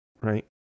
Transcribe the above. right